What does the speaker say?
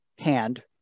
hand